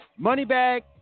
Moneybag